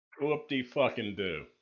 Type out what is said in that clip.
Whoop-de-fucking-do